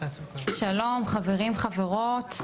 שלום חברים, חברות.